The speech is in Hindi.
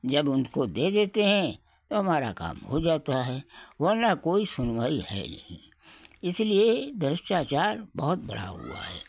जब उनको दे देते हैं तो हमारा काम हो जाता है वरना कोई सुनवाई है नहीं इसलिए भ्रष्टाचार बहुत बढ़ा हुआ है